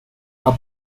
are